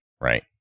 right